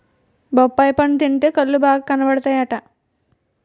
బొప్పాయి పండు తింటే కళ్ళు బాగా కనబడతాయట